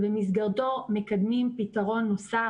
ובמסגרתו מקדמים פתרון נוסף